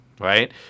Right